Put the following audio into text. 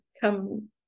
come